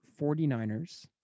49ers